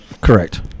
Correct